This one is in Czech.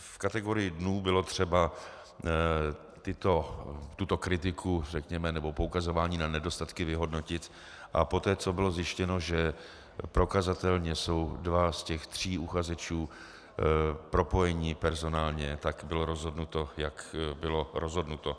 V kategorii dnů bylo třeba tuto kritiku nebo poukazování na nedostatky vyhodnotit a poté, co bylo zjištěno, že prokazatelně jsou dva z těch tří uchazečů propojeni personálně, tak bylo rozhodnuto, jak bylo rozhodnuto.